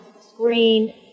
screen